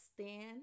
stand